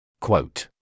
Quote